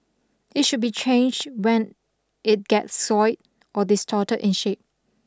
it should be changed when it gets soiled or distorted in shape